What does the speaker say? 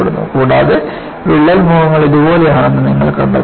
കൂടാതെ വിള്ളൽ മുഖങ്ങൾ ഇതുപോലെയാണെന്ന് നിങ്ങൾ കണ്ടെത്തുന്നു